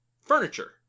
furniture